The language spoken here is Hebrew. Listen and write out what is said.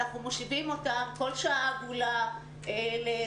אנחנו מושיבים אותם כל שעה עגולה ל-20